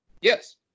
Yes